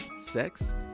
sex